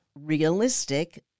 realistic